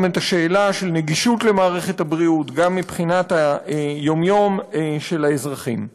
גם השאלה של נגישות מערכת הבריאות מבחינת היום-יום של האזרחים.